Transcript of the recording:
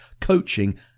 coaching